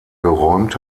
geräumt